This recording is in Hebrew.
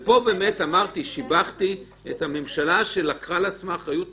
פה אמרתי שאני משבח את הממשלה שלקחה על עצמה אחריות